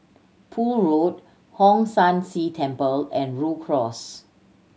Poole Road Hong San See Temple and Rhu Cross